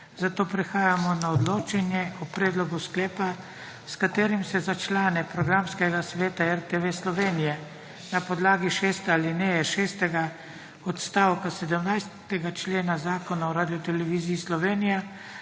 Zato prehajamo na odločanje o predlogu sklepa, s katerim se za člane programskega sveta RTV Slovenije na podlagi šeste alineje šestega odstavka 17. člena Zakona o Radioteleviziji Slovenija